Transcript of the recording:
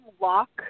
Lock